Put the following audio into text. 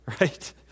Right